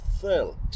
felt